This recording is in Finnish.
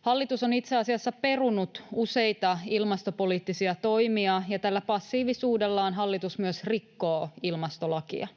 Hallitus on itse asiassa perunut useita ilmastopoliittisia toimia, ja tällä passiivisuudellaan hallitus myös rikkoo ilmastolakia.